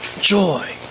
joy